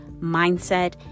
mindset